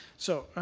so,